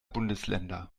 bundesländer